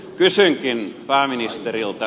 kysynkin pääministeriltä